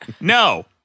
No